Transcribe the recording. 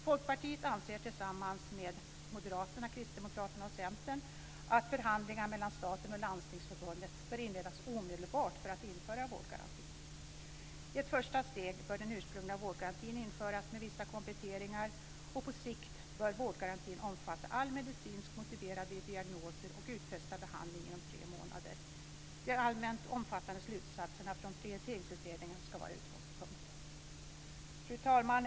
Folkpartiet anser tillsammans med Moderaterna, Kristdemokraterna och Centern att förhandlingar mellan staten och Landstingsförbundet bör inledas omedelbart för att man ska kunna införa en vårdgaranti. I ett första steg bör den ursprungliga vårdgarantin införas med vissa kompletteringar, och på sikt bör vårdgarantin omfatta alla medicinskt motiverade diagnoser och utfästa behandling inom tre månader. De allmänt omfattande slutsatserna från Prioriteringsutredningen ska vara utgångspunkt. Fru talman!